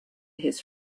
his